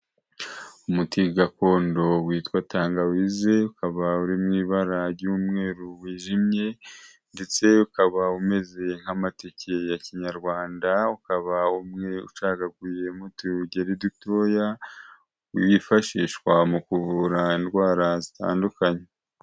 Umuti gakondo witwa tangawize ukaba uri mw 'ibara ry'umweru wijimye ndetse ukaba umeze nk'amateke ya kinyarwanda ukaba ucagaguyemo utungeri dutoya wifashishwa mu kuvura indwara zitandukanye.